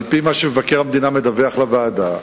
על-פי מה שמבקר המדינה מדווח לוועדה,